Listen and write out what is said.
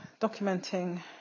documenting